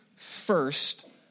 First